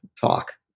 talk